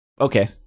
okay